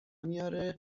میاره